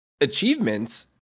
achievements